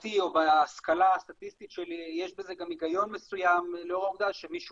בהשכלה הסטטיסטית שלי יש בזה גם היגיון מסוים לאור העובדה ששיעור